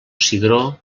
cigró